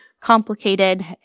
complicated